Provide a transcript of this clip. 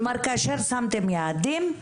כלומר, כאשר שמתם יעדים,